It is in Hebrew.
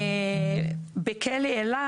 בכלא אלה,